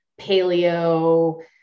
paleo